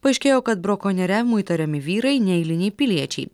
paaiškėjo kad brakonieriavimu įtariami vyrai neeiliniai piliečiai